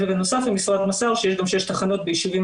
ובנוסף המשרד מסר שיש גם שש תחנות בישובים